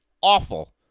awful